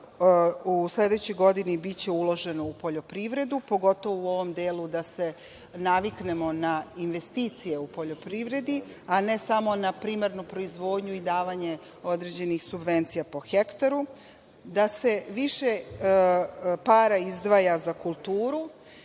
u sledećoj godini biće uloženo u poljoprivredu, pogotovo u ovom delu da se naviknemo na investicije u poljoprivedi, a ne samo na primarnu proizvodnju i davanje određenih subvencija po hektaru. Da se više para izdvaja za kulturu,